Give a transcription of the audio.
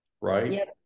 right